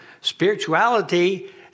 Spirituality